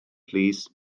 plîs